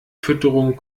fütterung